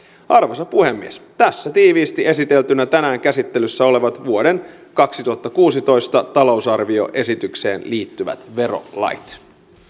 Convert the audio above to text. arvoisa puhemies tässä tiiviisti esiteltynä tänään käsittelyssä olevat vuoden kaksituhattakuusitoista talousarvioesitykseen liittyvät verolait